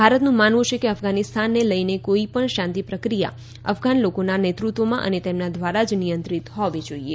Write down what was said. ભારતનું માનવું છે કે અફઘાનિસ્તાનને લઇને કોઇ પણ શાંતિ પ્રક્રિયા અફઘાન લોકોના નેતૃત્વમાં અને તેમના દ્વારા જ નિયંત્રિત હોવી જોઇએ